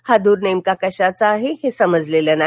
हा धूर नेमका कशाचा आहे हे समजलेल नाही